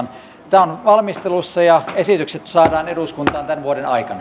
tämä on valmistelussa ja esitykset saadaan eduskuntaan tämän vuoden aikana